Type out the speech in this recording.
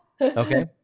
Okay